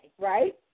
right